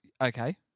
Okay